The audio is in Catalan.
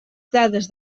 dades